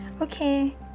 Okay